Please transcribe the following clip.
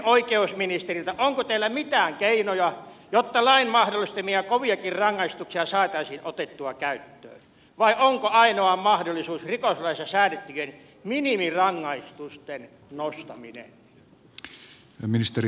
onko teillä mitään keinoja jotta lain mahdollistamia koviakin rangaistuksia saataisiin otettua käyttöön vai onko ainoa mahdollisuus rikoslaissa säädettyjen minimirangaistusten nostaminen